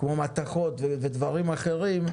כמו מתכות ודברים אחרים,